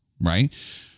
right